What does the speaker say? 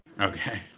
Okay